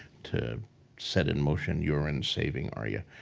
to set in motion yoren saving arya,